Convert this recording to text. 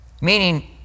Meaning